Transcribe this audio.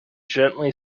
gently